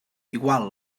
igual